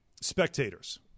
spectators